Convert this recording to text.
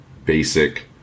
Basic